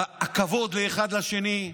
הכבוד אחד לשני,